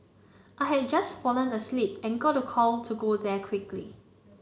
I had just fallen asleep and got a call to go there quickly